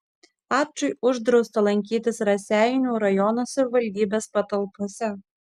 ačui uždrausta lankytis raseinių rajono savivaldybės patalpose